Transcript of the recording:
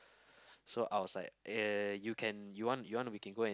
so I was like uh you can you want you want we can go and